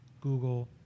Google